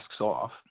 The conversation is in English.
off